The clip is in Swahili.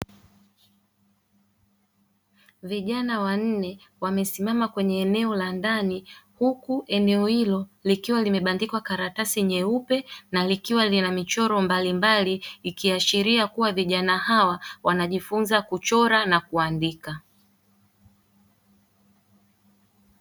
Vijana wanne wamesimama kwenye eneo la ndani huku eneo hilo likiwa limebandikwa karatasi nyeupe na likiwa lina michoro mbalimbali, ikiashiria kuwa vijana hawa wanajifunza kuchora na kuandika.